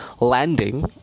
landing